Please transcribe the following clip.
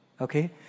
Okay